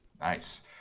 Nice